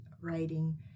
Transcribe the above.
writing